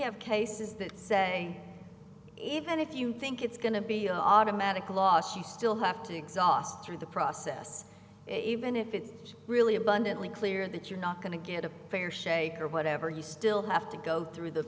have cases that say even if you think it's going to be automatic loss you still have to exhaust through the process even if it's really abundantly clear that you're not going to get a fair shake or whatever you still have to go through the